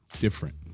different